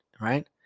right